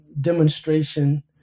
demonstration